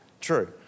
True